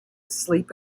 sleep